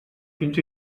fins